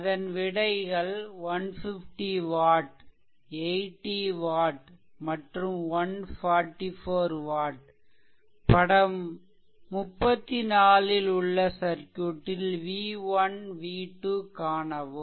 அதன் விடைகள் 150 watt 80 watt மற்றும் 144 watt படம் 34 ல் உள்ள சர்க்யூட்டில் v1 v2 காணவும்